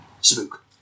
Spook